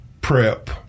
prep